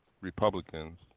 Republicans